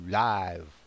live